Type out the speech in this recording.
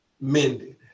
mended